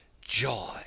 Joy